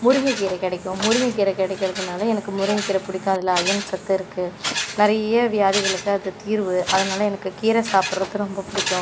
முருங்கை கீரை கிடைக்கும் முருங்கை கீரை கிடைக்கறதுனால எனக்கு முருங்கை கீரை பிடிக்கும் அதில் அயர்ன் சத்து இருக்கு நிறைய வியாதிகளுக்கு அது தீர்வு அதனால் எனக்கு கீரை சாப்டுறது ரொம்ப பிடிக்கும்